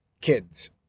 kids